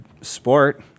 sport